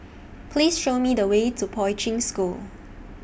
Please Show Me The Way to Poi Ching School